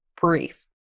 brief